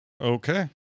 Okay